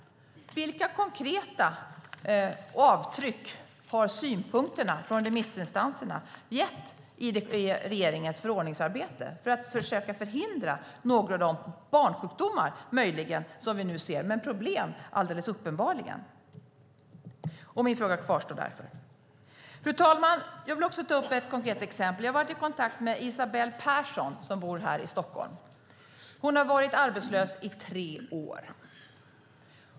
Vilka konkreta avtryck har synpunkterna från remissinstanserna gett i regeringens förordningsarbete för att försöka förhindra några av de problem - de är möjligen barnsjukdomar, men problem är de alldeles uppenbart - vi nu ser? Min fråga kvarstår alltså. Fru talman! Jag vill också ta upp ett konkret exempel. Jag har varit i kontakt med Isabell Persson som bor här i Stockholm. Hon har varit arbetslös i tre år.